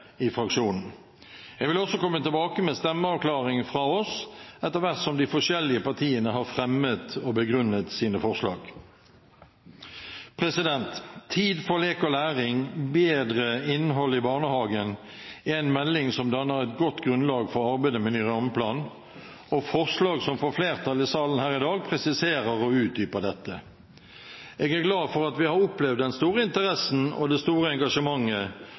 i fraksjonen. Jeg vil også komme tilbake med stemmeavklaring fra oss etter hvert som de forskjellige partiene har fremmet og begrunnet sine forslag. «Tid for lek og læring. Bedre innhold i barnehagen» er en melding som danner et godt grunnlag for arbeidet med ny rammeplan, og forslag som får flertall i salen her i dag, presiserer og utdyper dette. Jeg er glad for at vi har opplevd den store interessen og det store engasjementet.